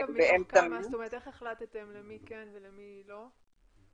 איך החלטתם למי כן ולמי לא?